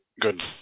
good